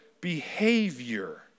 behavior